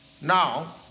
Now